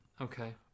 Okay